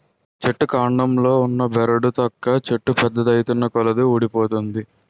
చెట్టు కాండంలో ఉన్న బెరడు తొక్క చెట్టు పెద్దది ఐతున్నకొలది వూడిపోతుంది